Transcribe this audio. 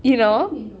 you know